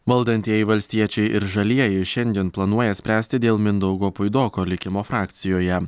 valdantieji valstiečiai ir žalieji šiandien planuoja spręsti dėl mindaugo puidoko likimo frakcijoje